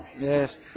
Yes